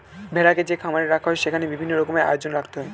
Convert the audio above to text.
ভেড়াকে যে খামারে রাখা হয় সেখানে বিভিন্ন রকমের আয়োজন রাখতে হয়